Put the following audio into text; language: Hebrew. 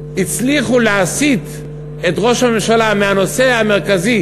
הצליחו להסיט את ראש הממשלה מהנושא המרכזי,